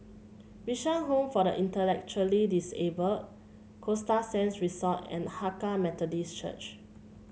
Bishan Home for the Intellectually Disabled Costa Sands Resort and Hakka Methodist Church